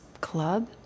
club